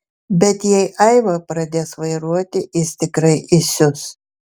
bet jei aiva pradės vairuoti jis tikrai įsius